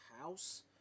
house